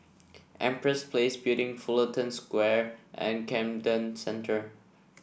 Empress Place Building Fullerton Square and Camden Centre